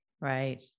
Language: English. Right